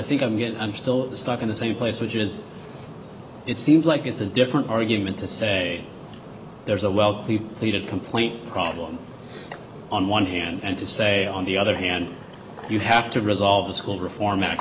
think i mean i'm still stuck in the same place which is it seems like it's a different argument to say there's a well he did complain problem on one hand and to say on the other hand you have to resolve the school reform ac